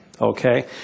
okay